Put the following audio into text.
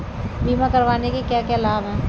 बीमा करवाने के क्या क्या लाभ हैं?